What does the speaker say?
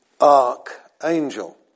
archangel